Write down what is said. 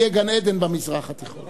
יהיה גן-עדן במזרח התיכון.